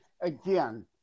Again